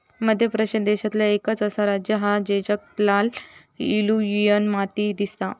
मध्य प्रदेश देशांतला एकंच असा राज्य हा जेच्यात लाल एलुवियल माती दिसता